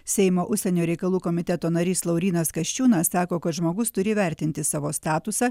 seimo užsienio reikalų komiteto narys laurynas kasčiūnas sako kad žmogus turi įvertinti savo statusą